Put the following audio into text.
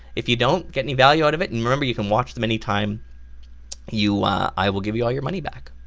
if you don't get any value out of it, and remember you can watch them any time i will give you all your money back.